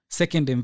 second